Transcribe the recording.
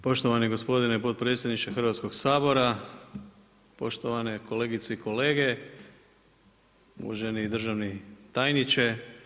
Poštovani gospodine potpredsjedniče Hrvatskog sabora, poštovane kolegice i kolege, uvaženi državni tajniče.